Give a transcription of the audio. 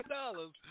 dollars